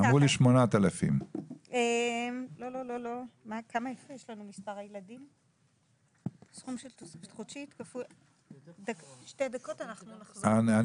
אמרו לו 8,000. שתי דקות ונחזור עם תשובה.